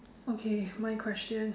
okay my question